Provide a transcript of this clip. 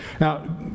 Now